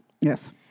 Yes